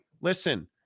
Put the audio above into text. listen